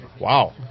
Wow